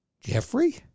Jeffrey